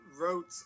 wrote